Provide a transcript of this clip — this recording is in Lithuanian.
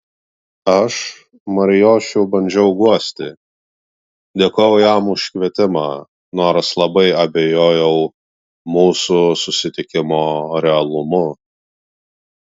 aš marijošių bandžiau guosti dėkojau jam už kvietimą nors labai abejojau mūsų susitikimo realumu